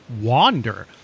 wander